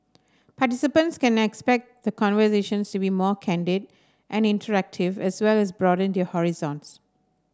participants can expect the conversations to be more candid and interactive as well as broaden their horizons